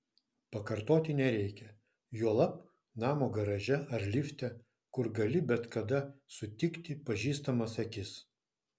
pakartoti nereikia juolab namo garaže ar lifte kur gali bet kada sutikti pažįstamas akis